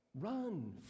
run